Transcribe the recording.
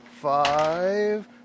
five